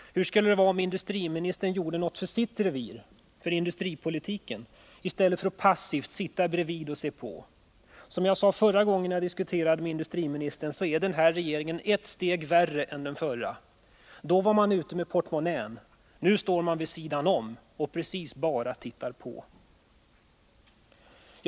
Hur skulle det vara om industriministern gjorde någonting för sitt revir, för industripolitiken, i stället för att passivt sitta bredvid och se på? Som jag sade förra gången jag diskuterade med industriministern är den regering vi har nu ett steg värre än den trepartiregering vi hade tidigare. Då var man ute med portmonnän, men nu står man vid sidan om och bara tittar på.